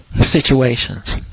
situations